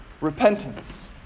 repentance